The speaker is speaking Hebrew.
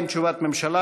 אין תשובת ממשלה.